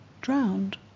drowned